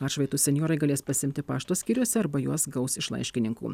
atšvaitus senjorai galės pasiimti pašto skyriuose arba juos gaus iš laiškininkų